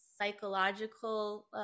psychological